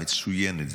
מצוינת,